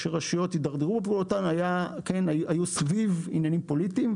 שרשויות הידרדרו בפעילותן היו סביב עניינים פוליטיים,